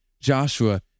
Joshua